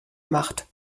macht